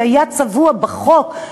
שהיה צבוע בחוק,